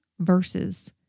verses